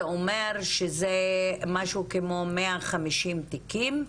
זה אומר שזה משהו כמו 150 תיקים,